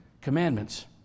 commandments